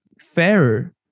fairer